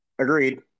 Agreed